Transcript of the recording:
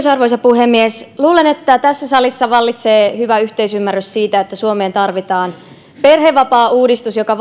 arvoisa puhemies luulen että tässä salissa vallitsee hyvä yhteisymmärrys siitä että suomeen tarvitaan perhevapaauudistus joka